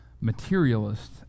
materialist